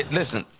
listen